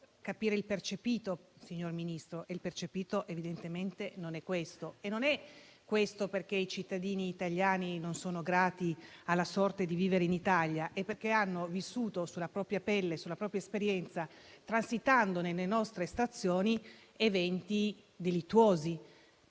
il percepito, signor Ministro, e il percepito evidentemente non è questo. E non perché i cittadini italiani non sono grati alla sorte di vivere in Italia, ma perché hanno vissuto sulla propria pelle e sulla propria esperienza, transitando nelle nostre stazioni, eventi delittuosi.